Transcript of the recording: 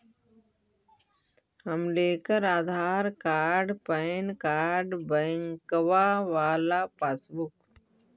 हम लेकर Aadhaar card PAN card बैंकवा वाला पासबुक?